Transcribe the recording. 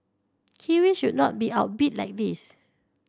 kiwis should not be outbid like this